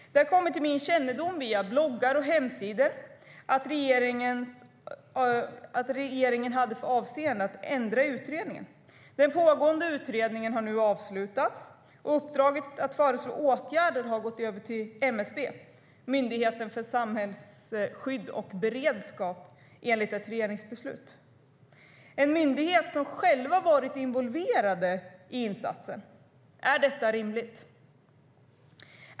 Det har kommit till min kännedom via bloggar och hemsidor att regeringen har för avsikt att ändra i utredningen. Den pågående utredningen har nu avslutats, och uppdraget att föreslå åtgärder har gått över till MSB, Myndigheten för samhällsskydd och beredskap, enligt ett regeringsbeslut. Det är en myndighet som själv har varit involverad i insatsen. Är detta rimligt?